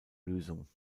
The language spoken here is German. lösung